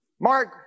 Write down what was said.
Mark